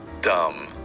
dumb